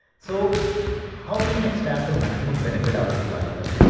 so how can you extract the maximum benefit out of this article?